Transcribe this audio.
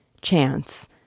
Chance